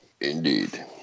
Indeed